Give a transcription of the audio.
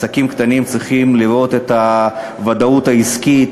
עסקים קטנים צריכים לראות את הוודאות העסקית